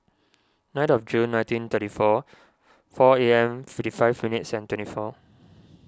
ninth of June nineteen thirty four four A M fifty five minutes and twenty four